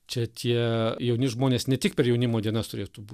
čia tie jauni žmonės ne tik per jaunimo dienas turėtų būt